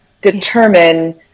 determine